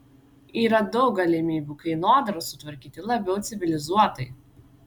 yra daug galimybių kainodarą sutvarkyti labiau civilizuotai